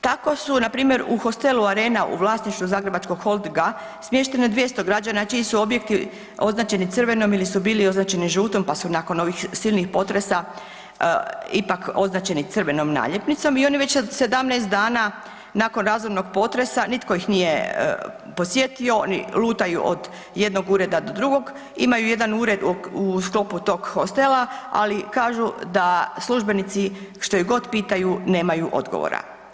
Tako su npr. u hostelu Arena u vlasništvu Zagrebačkog holdinga smješteno 200 građana čiji su objekti označeni crvenom ili su bili označeni žutom pa su nakon ovih silnih potresa ipak označeni crvenom naljepnicom i oni već sad 17 dana nakon razornog potresa nitko ih nije posjetio, oni lutaju od jednog ureda do drugog, imaju jedan ured u sklopu tog hostela ali kažu da službenici što ih god pitaju, nemaju odgovora.